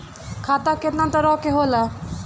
खाता केतना तरह के होला?